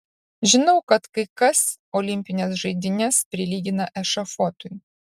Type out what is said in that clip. žinau kad kai kas olimpines žaidynes prilygina ešafotui